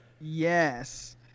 Yes